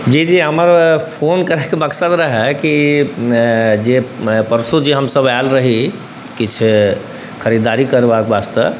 जी जी हमर फोन करैके मकसद रहै कि जे परसू जे हमसब आएल रही किछु खरीदारी करबाके वास्ते